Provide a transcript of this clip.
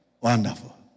wonderful